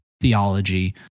theology